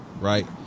right